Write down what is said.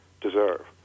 deserve